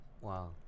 Wow